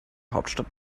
hauptstadt